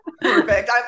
perfect